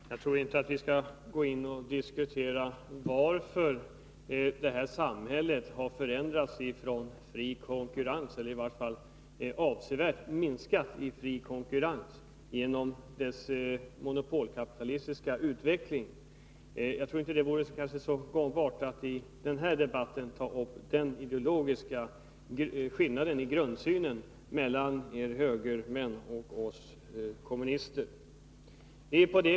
Fru talman! Jag tror inte att vi skall gå in och diskutera varför fri konkurrens avsevärt minskat i det här samhället genom samhällets monopolkapitalistiska utveckling. Jag tror inte att det vore så gångbart att i den här debatten ta upp den ideologiska skillnaden i grundsynen mellan er högermän och oss kommunister.